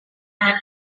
and